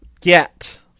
get